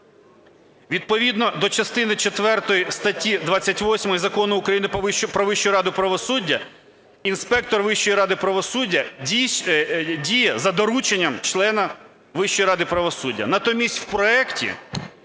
Відповідно до частини четвертої статті 28 Закону України "Про Вищу раду правосуддя" інспектор Вищої ради правосуддя діє за дорученням члена Вищої ради правосуддя.